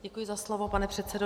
Děkuji za slovo, pane předsedo.